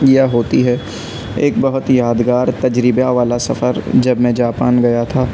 یا ہوتی ہے ایک بہت یادگار تجربہ والا سفر جب جاپان گیا تھا